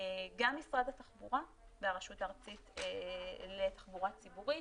גם משרד התחבורה והרשות הארצית לתחבורה ציבורית,